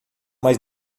mais